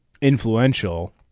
influential